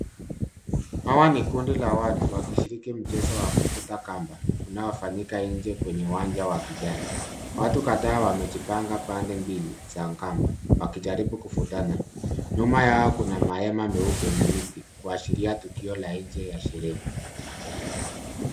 Hawa ni kundi la watu wakishiriki mchezo wa kuvuta kamba, unaofanyika nje kwenye uwanja wa kijani. Watu kadhaa wamejipanga pande mbili za angano, wakijaribu kuvutana. Nyuma yao kuna mahema meupe na miti, kuashiria tukio la nje ya sherehe.